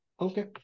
Okay